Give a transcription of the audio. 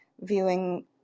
viewing